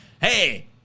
Hey